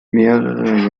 mehrere